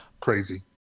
crazy